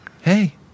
Hey